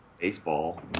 Baseball